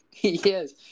Yes